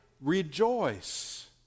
rejoice